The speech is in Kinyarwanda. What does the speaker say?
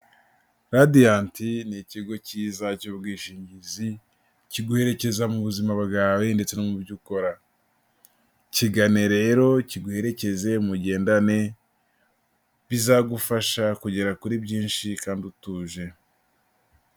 Radiant ni ikigo cyiza cy'ubwishingizi kiguherekeza mu buzima bwawe ndetse no mu byo ukora, kigane rero kiguherekeze mugendane, bizagufasha kugera kuri byinshi kandi utuje.